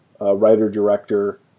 writer-director